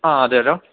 ആ അതെയല്ലോ